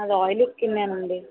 నాది ఆయిలీ స్కిన్నేనండి